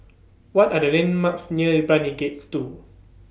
What Are The landmarks near Brani Gates two